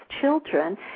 children